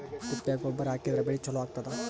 ತಿಪ್ಪಿ ಗೊಬ್ಬರ ಹಾಕಿದ್ರ ಬೆಳಿ ಚಲೋ ಆಗತದ?